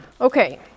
Okay